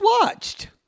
watched